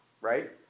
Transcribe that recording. right